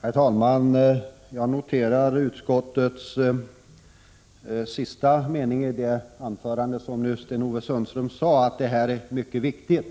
Herr talman! Jag noterar den sista meningen i Sten-Ove Sundströms inlägg, att de frågor jag aktualiserat är mycket viktiga.